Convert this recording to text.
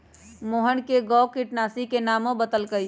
मोहन कै गो किटनाशी के नामो बतलकई